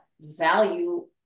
value